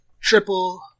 Triple